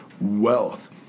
wealth